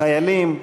חיילים,